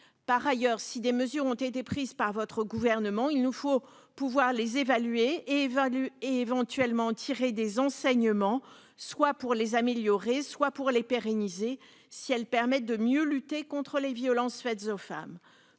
par ailleurs, si des mesures ont été prises par votre gouvernement, il nous faut pouvoir les évaluer évalue et éventuellement en tirer des enseignements, soit pour les améliorer, soit pour les pérenniser, si elles permettent de mieux lutter contre les violences faites aux femmes,